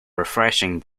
refreshing